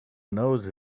nose